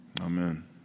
Amen